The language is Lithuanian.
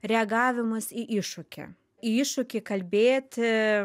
reagavimas į iššūkį į iššūkį kalbėti